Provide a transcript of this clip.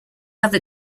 other